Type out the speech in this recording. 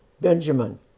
Benjamin